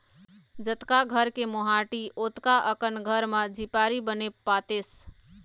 जतका घर के मोहाटी ओतका अकन घर म झिपारी बने पातेस